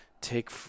take